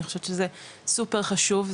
אני חושבת שזה סופר חשוב.